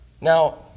Now